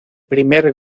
primer